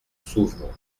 s’ouvre